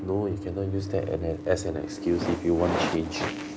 no you cannot use that and and as an excuse if you want to change